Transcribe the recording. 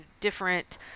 different